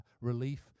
relief